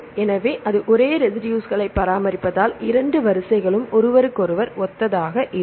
எனவே அது ஒரே ரெசிடுஸ்களை பராமரிப்பதால் இரண்டு வரிசைகளும் ஒருவருக்கொருவர் ஒத்ததாக இருக்கும்